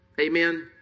Amen